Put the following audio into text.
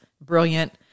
brilliant